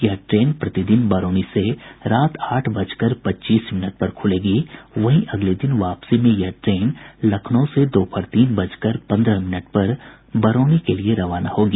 यह ट्रेन प्रति दिन बरौनी से रात आठ बजकर पच्चीस मिनट पर खुलेगी वहीं अगले दिन वापसी में यह ट्रेन लखनऊ से दोपहर तीन बजकर पन्द्रह मिनट पर बरौनी के लिए रवाना होगी